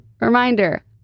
reminder